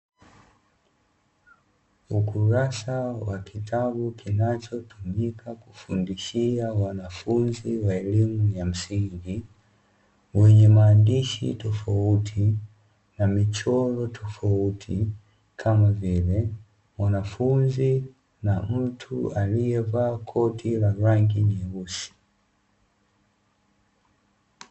Ukurasa wa kitabu kinachotumika kufundishia wanafunzi wa elimu ya msingi, wenye maandishi tofauti na michoro tofauti kama vile wanafunzi na mtu aliyevaa koti la rangi nyeusi.